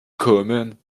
kommen